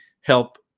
help